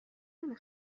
نمی